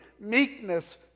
meekness